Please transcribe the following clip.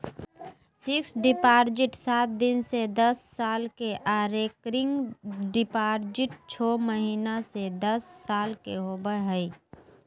fixed deposit सात दिन से दस साल के आर रेकरिंग डिपॉजिट छौ महीना से दस साल के होबय हय